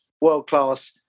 world-class